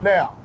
Now